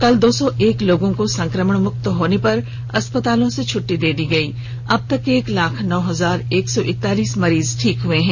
कल दो सौ एक लोगों को संक्रमण मुक्त होने पर अस्पताल से छट्टी मिली है अबतक एक लाख नौ हजार एक सौ एकतालीस मरीज ठीक हुए हैं